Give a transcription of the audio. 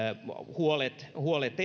huolet huolet